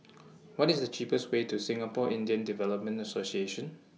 What IS The cheapest Way to Singapore Indian Development Association